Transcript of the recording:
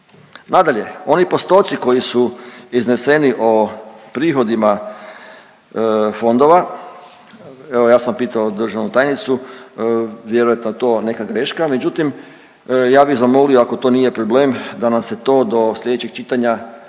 Nadalje, oni postoci koji su izneseni o prihodima fondova, evo ja sam pitao državnu tajnicu, vjerojatno je to neka greška međutim ja bi zamolio ako to nije problem da nam se to do slijedećeg čitanja